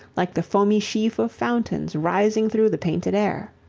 like the foamy sheaf of fountains rising through the painted air.